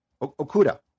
Okuda